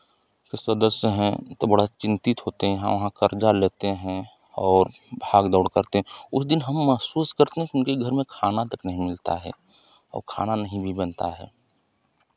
जो सदस्य हैं तो बड़ा चिन्तित होते हैं यहाँ वहाँ कर्जा लेते हैं और भाग दौड़ करते हैं उस दिन हम महसूस करते हैं क्योंकि घर में खाना तक नहीं मिलता है औ खाना भी नहीं बनता है